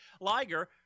Liger